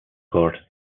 court